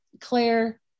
Claire